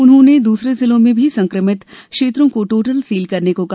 उन्होंने दूसरे जिलों में भी संक्रमित क्षेत्रों को टोटल सील करने को कहा